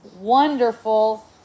wonderful